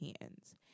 hands